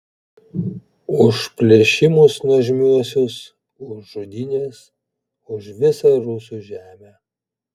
už plėšimus nuožmiuosius už žudynes už visą rusų žemę